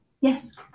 Yes